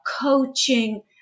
coaching